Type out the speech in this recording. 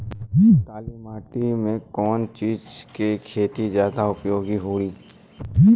काली माटी में कवन चीज़ के खेती ज्यादा उपयोगी होयी?